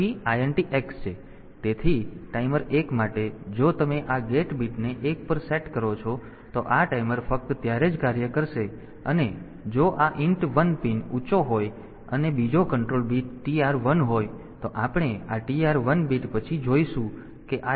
તેથી પછી INT x છે તેથી ટાઈમર 1 માટે જો તમે આ ગેટ બીટને એક પર સેટ કરો છો તો આ ટાઈમર ફક્ત ત્યારે જ કાર્ય કરશે અને જો આ INT 1 પિન ઊંચો હોય અને બીજો કંટ્રોલ બીટ TR વન હોય તો આપણે આ TR 1 બીટ પછી જોઈશું કે આ TR 1 કંટ્રોલ બીટ વધારે છે